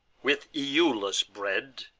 with iulus bred,